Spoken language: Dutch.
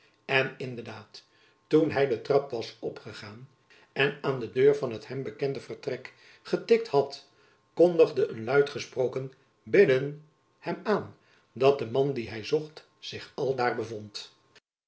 de daad toen hy den trap was opgegaan en aan de deur van het hem bekende vertrek getikt had konjacob van lennep elizabeth musch digde een luid gesproken binnen hem aan dat de man dien hy zocht zich aldaar bevond